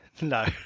No